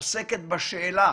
שעוסקת בשאלה